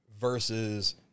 versus